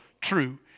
true